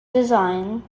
design